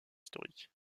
historiques